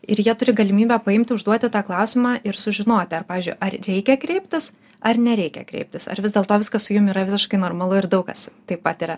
ir jie turi galimybę paimti užduoti tą klausimą ir sužinoti ar pavyzdžiui ar reikia kreiptis ar nereikia kreiptis ar vis dėlto viskas su jum yra visiškai normalu ir daug kas tai patiria